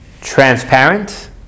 transparent